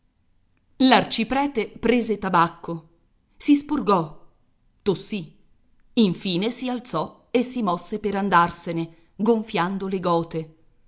l'arciprete prese tabacco si spurgò tossì infine si alzò e si mosse per andarsene gonfiando le gote